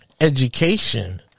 education